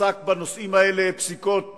פסק בנושאים האלה פסיקות